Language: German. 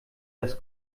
das